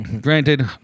Granted